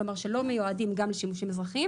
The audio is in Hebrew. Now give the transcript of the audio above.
כלומר שלא מיועדים גם לשימושים אזרחיים